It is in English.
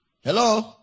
Hello